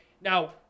Now